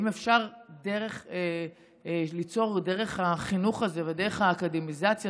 אם אפשר ליצור דרך החינוך הזה ודרך האקדמיזציה